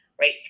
right